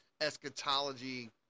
eschatology